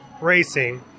racing